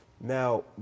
now